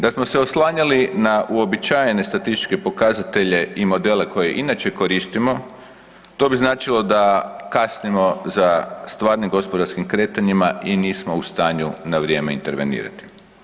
Da smo se oslanjali na uobičajene statističke pokazatelje i modele koji inače koristimo, to bi značilo da kasnimo za stvarnim gospodarskim kretanjima i nismo u stanju na vrijeme intervenirati.